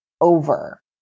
over